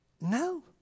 no